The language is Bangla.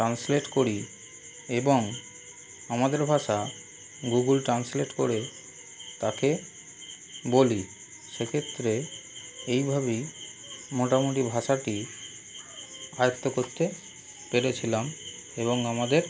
ট্রান্সলেট করি এবং আমাদের ভাষা গুগল ট্রান্সলেট করে তাকে বলি সেক্ষেত্রে এইভাবেই মোটামুটি ভাষাটি আয়ত্ত করতে পেরেছিলাম এবং আমাদের